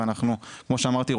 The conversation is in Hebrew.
וכמו שאמרתי,